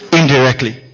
indirectly